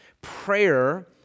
prayer